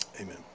amen